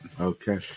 Okay